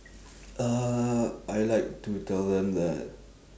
uh I like to tell them that